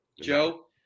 Joe